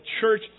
church